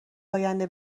آینده